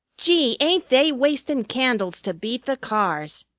gee! ain't they wastin' candles to beat the cars!